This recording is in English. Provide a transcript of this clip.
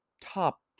top